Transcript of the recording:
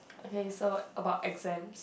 okay so about exams